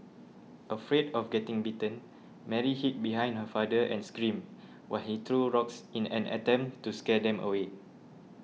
afraid of getting bitten Mary hid behind her father and screamed while he threw rocks in an attempt to scare them away